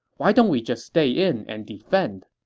why don't we just stay in and defend?